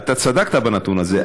אתה צדקת בנתון הזה,